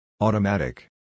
Automatic